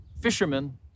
fishermen